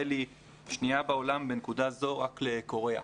היא שנייה בעולם בנקודה זו רק לקוריאה.